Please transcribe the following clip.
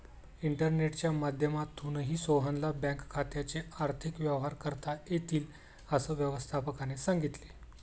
इंटरनेटच्या माध्यमातूनही सोहनला बँक खात्याचे आर्थिक व्यवहार करता येतील, असं व्यवस्थापकाने सांगितले